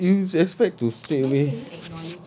like you expect to straightaway